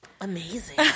amazing